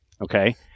okay